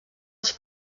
als